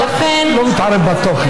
ולכן, אני לא מתערב בתוכן.